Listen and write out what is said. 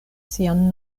sian